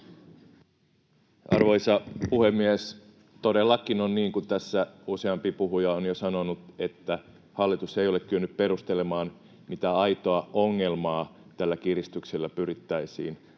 Arvoisa puhemies! Todellakin on niin kuin tässä useampi puhuja on jo sanonut, että hallitus ei ole kyennyt perustelemaan, mitä aitoa ongelmaa tällä kiristyksellä pyrittäisiin